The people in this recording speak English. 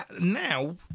now